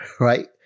right